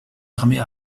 armées